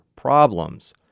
problems